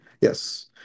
Yes